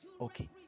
okay